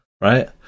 right